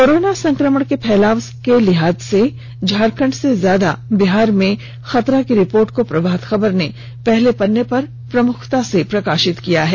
corona संक्रमण के फैलाव के लिहाज से झारखंड से ज्यादा बिहार में खतरा की रिपोर्ट को प्रभात खबर ने पहले पन्ने पर प्रमुखता से प्रकाशित किया है